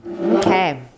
Okay